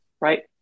right